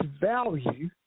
value